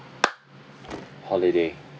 holiday